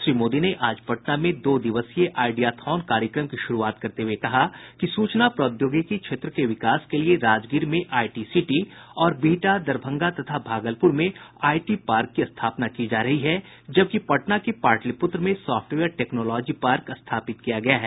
श्री मोदी ने आज पटना में दो दिवसीय आइडियाथॉन कार्यक्रम की शुरूआत करते हुये कहा कि सूचना प्रौद्योगिकी क्षेत्र के विकास के लिए राजगीर में आईटी सिटी और बिहटा दरभंगा तथा भागलपुर में आईटी पार्क की स्थापना की जा रही है जबकि पटना के पाटलिपुत्र में सॉफ्टवेयर टेक्नोलॉजी पार्क स्थापित किया गया है